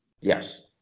Yes